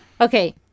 Okay